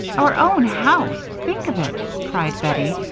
our own house think of it! cried bettie,